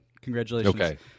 Congratulations